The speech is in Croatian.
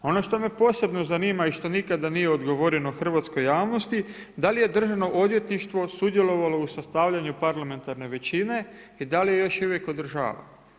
Ono što me posebno zanima i što nikada nije odgovoreno hrvatskoj javnosti, da li je Državno odvjetništvo sudjelovalo u sastavljanju parlamentarne većine i da li je još uvijek održava?